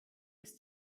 ist